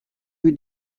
rue